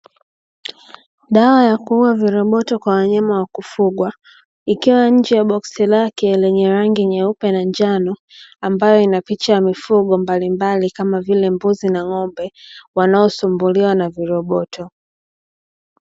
Dawa ya kuua viroboto kwa wanyama wa kufugwa, ikiwa nje ya boksi lake lenye rangi nyeupe na njano, ambayo ina picha ya mifugo mbalimbali kama vile mbuzi na ng'ombe wanaosumbuliwa na viroboto.